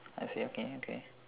I see okay okay